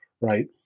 right